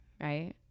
right